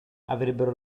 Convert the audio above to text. avrebbero